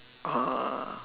uh